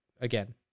again